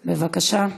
בבקשה,